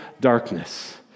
darkness